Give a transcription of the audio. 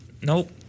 Nope